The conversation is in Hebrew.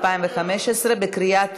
התשע"ו 2015, בקריאה טרומית.